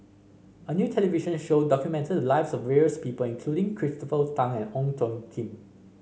a new television show documented the lives of various people including Christopher Tan and Ong Tjoe Kim